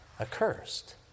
accursed